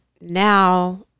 now